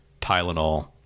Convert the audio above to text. tylenol